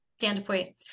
Standpoint